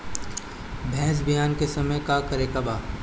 भैंस ब्यान के समय का करेके बा?